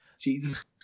Jesus